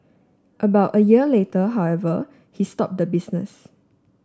about a year later however he stop the business